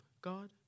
God